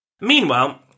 Meanwhile